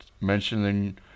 mentioning